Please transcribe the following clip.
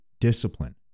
discipline